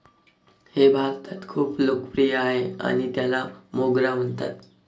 हे भारतात खूप लोकप्रिय आहे आणि त्याला मोगरा म्हणतात